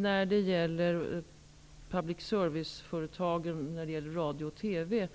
När det gäller radio och TV har jag valt en profil